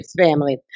family